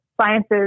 sciences